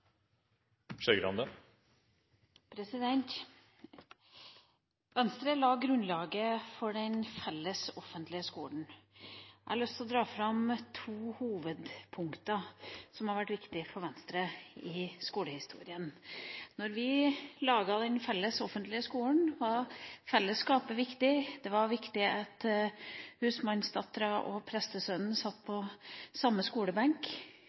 å trekke fram to hovedpunkter som har vært viktig for Venstre i skolehistorien. Da vi laget den felles offentlige skolen, var fellesskapet viktig. Det var viktig at husmannsdatteren og prestesønnen satt på